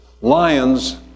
lions